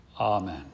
Amen